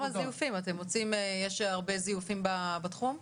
יש הרבה זיופים בתחום?